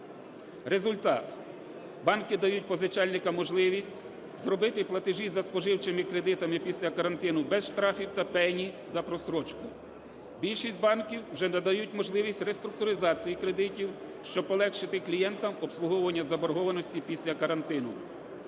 Результат. Банки дають позичальникам можливість зробити платежі за споживчими кредитами після карантину без штрафів та пені за прострочку. Більшість банків вже надають можливість реструктуризації кредитів, щоб полегшити клієнтам обслуговування заборгованості після карантину.